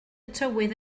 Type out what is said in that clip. tywydd